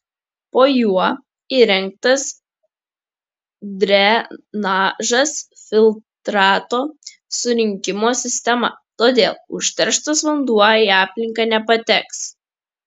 po juo įrengtas drenažas filtrato surinkimo sistema todėl užterštas vanduo į aplinką nepateks